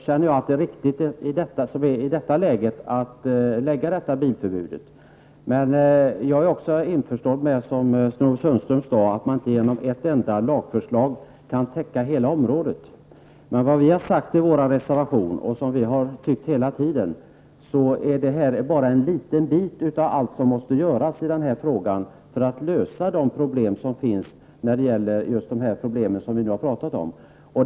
Herr talman! Det är enligt min uppfattning riktigt att i detta läge genomföra detta bilförbud. Men jag är också införstådd med att man, som Sten-Ove Sundström sade, inte genom ett enda lagförslag kan täcka hela området. Vad vi har skrivit i vår reservation och hävdat hela tiden är att detta bara är en liten bit av allt som måste göras i den här frågan för att lösa de problem som finns på just det område som vi nu talat om.